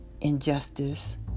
injustice